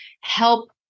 help